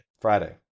Friday